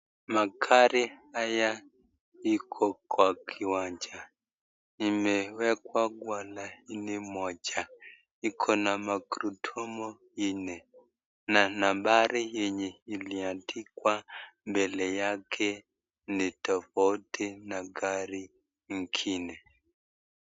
Magari haya iko kwa kiwanja. Imewekwa kwa laini moja. Ikona na magurudumu nne na nambari yenye iliandikwa mbele yake ni tofauti na gari ingine.